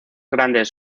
grandes